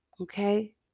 Okay